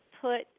put